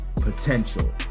potential